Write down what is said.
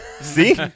See